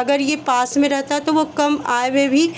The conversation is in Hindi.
अगर ये पास में रहता तो वो कम आय में भी